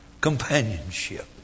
Companionship